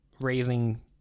raising